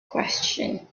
question